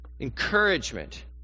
Encouragement